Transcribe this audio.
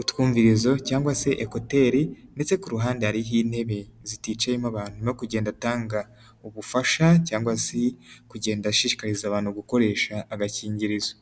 utwumvirizo cyangwa se ekoteri ndetse ku ruhande hariho intebe ziticayemo abantu, no kugenda atanga ubufasha cyangwa se kugenda ashishikariza abantu gukoresha agakingirizo.